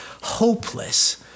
hopeless